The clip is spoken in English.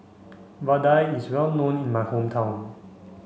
Vadai is well known in my hometown